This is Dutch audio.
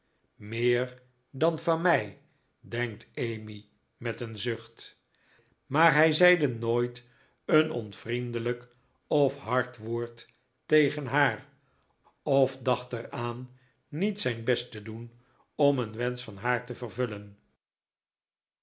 meer dan van mij denkt emmy met een zucht maar hij zeide nooit een onvriendelijk of hard woord tegen haar of dacht er aan niet zijn best te doen om een wensch van haar te vervullen